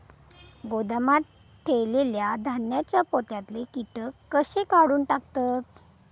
गोदामात ठेयलेल्या धान्यांच्या पोत्यातले कीटक कशे काढून टाकतत?